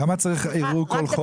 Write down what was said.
למה צריך ערעור כל חודש?